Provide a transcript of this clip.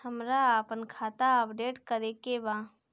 हमरा आपन खाता अपडेट करे के बा